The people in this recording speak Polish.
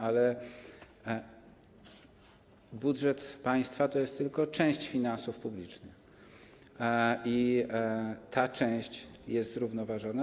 Ale budżet państwa to jest tylko część finansów publicznych i ta część jest zrównoważona.